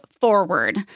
forward